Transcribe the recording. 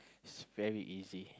is very easy